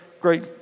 great